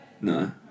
No